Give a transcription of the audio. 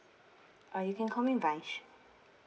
oh you call me vaij